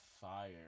fire